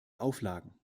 auflagen